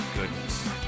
goodness